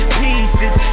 pieces